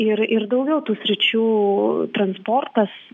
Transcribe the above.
ir ir daugiau tų sričių transportas